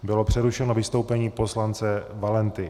Bylo přerušeno vystoupení poslance Valenty.